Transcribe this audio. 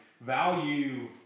value